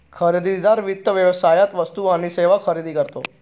खरेदीदार वित्त व्यवसायात वस्तू आणि सेवा खरेदी करतो